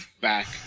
back